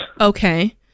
Okay